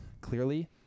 clearly